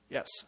Yes